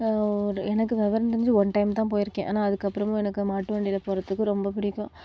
எனக்கு விவரம் தெரிஞ்சி ஒன் டைம் தான் போயிருக்கேன் ஆனால் அதுக்கு அப்புறமும் எனக்கு மாட்டு வண்டியில போறதுக்கு ரொம்ப பிடிக்கும்